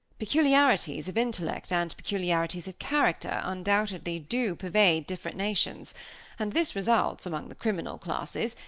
peculiarities of intellect and peculiarities of character, undoubtedly, do pervade different nations and this results, among the criminal classes,